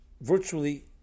virtually